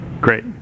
Great